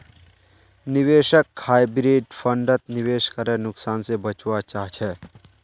निवेशक हाइब्रिड फण्डत निवेश करे नुकसान से बचवा चाहछे